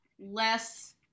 less